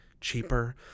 cheaper